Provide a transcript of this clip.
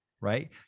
right